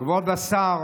כבוד השר